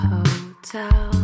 Hotel